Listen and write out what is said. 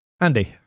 Andy